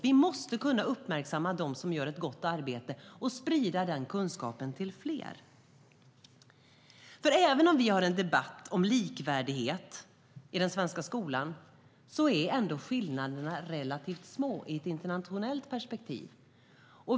Vi måste kunna uppmärksamma de som gör ett gott arbete och sprida den kunskapen till fler. Även om vi har en debatt om likvärdighet i den svenska skolan är skillnaderna ändå relativt små i ett internationellt perspektiv.